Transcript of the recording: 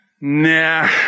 Nah